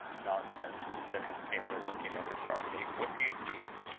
nonsense! said miss cameron, looking at her sharply. what do you mean?